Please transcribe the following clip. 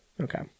Okay